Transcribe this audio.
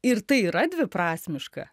ir tai yra dviprasmiška